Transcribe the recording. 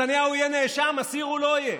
נתניהו יהיה נאשם, אסיר הוא לא יהיה.